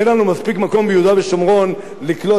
אין לנו מספיק מקום ביהודה ושומרון לקלוט